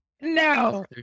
No